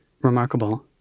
Remarkable